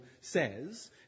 says